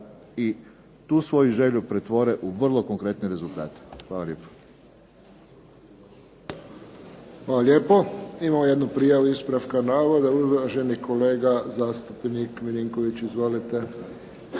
da tu svoju želju ostvare u vrlo konkretne rezultate. Hvala lijepo. **Friščić, Josip (HSS)** Hvala lijepo. Imamo jednu prijavu ispravka navoda, uvaženi kolega zastupnik MIlinković. Izvolite.